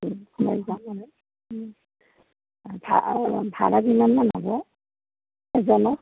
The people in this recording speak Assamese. মই যাম আৰু ভা অ' ভাড়া কিমানমান হ'ব এজনৰ